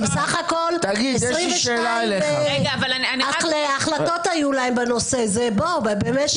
סך הכול 22 החלטות היו להם בנושא במשך כל כך הרבה שנים.